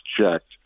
checked